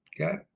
Okay